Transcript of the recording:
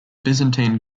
byzantine